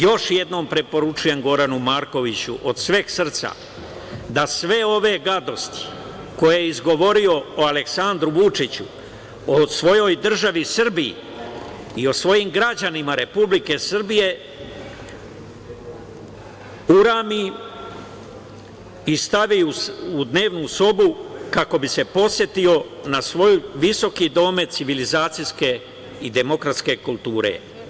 Još jednom preporučujem Goranu Markoviću od sveg srca da sve ove gadosti koje je izgovorio o Aleksandru Vučiću, o svojoj državi Srbiji i o svojim građanima Republike Srbije urami i stavi u dnevnu sobu kako bi se podsetio na svoj visoki domet civilizacijske i demokratske kulture.